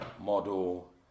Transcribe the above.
model